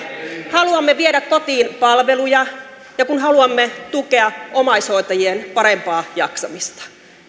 haluamme viedä kotiin palveluja ja haluamme tukea omaishoitajien parempaa jaksamista